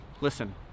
Listen